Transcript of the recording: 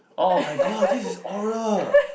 [oh]-my-god this is oral